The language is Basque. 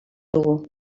dugu